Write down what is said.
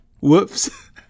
Whoops